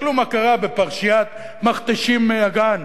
תסתכלו מה קרה בפרשיית "מכתשים אגן"